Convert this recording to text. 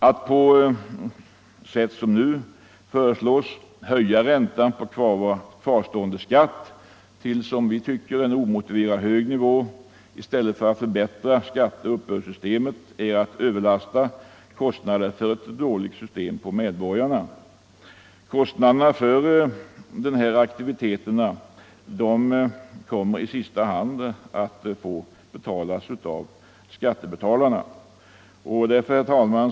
Att på sätt som nu föreslås höja räntan på kvarstående skatt till en, som vi tycker, omotiverat hög nivå i stället för att förbättra skatteoch uppbördssystemet är att övervältra kostnaderna för ett dåligt system på medborgarna. Kostnaderna för dessa aktiviteter kommer i sista hand att få betalas av skattebetalarna. Herr talman!